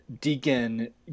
Deacon